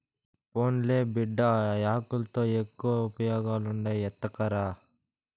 పోన్లే బిడ్డా, ఆ యాకుల్తో శానా ఉపయోగాలుండాయి ఎత్తకరా